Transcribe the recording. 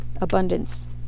Abundance